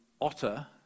otter